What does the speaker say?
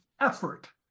effort